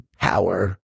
power